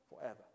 forever